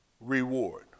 reward